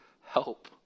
help